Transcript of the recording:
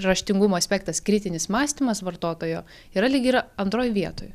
raštingumo aspektas kritinis mąstymas vartotojo yra lyg ir antroj vietoj